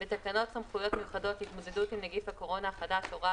בתקנות סמכויות מיוחדות להתמודדות עם נגיף הקורונה החדש (הוראת